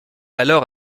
alors